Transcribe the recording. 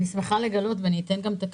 אני שמחה לגלות, ואתן גם את הקרדיט,